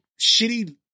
shitty